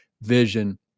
vision